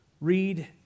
read